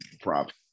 props